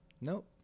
Nope